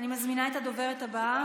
מזמינה את הדובר הבא,